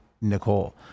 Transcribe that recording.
Nicole